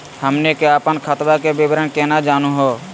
हमनी के अपन खतवा के विवरण केना जानहु हो?